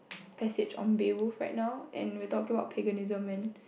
passage on Beowulf right now and without do a lot of paganism and